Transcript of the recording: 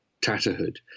Tatterhood